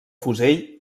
fusell